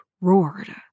roared